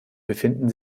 befinden